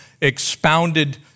expounded